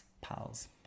pals